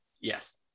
Yes